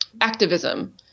activism